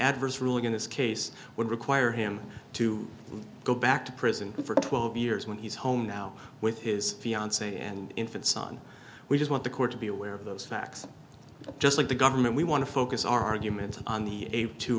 adverse ruling in this case would require him to go back to prison for twelve years when he's home now with his fiance and infant son we just want the court to be aware of those facts just like the government we want to focus our arguments on the a to